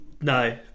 no